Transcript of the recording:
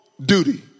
Duty